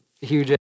huge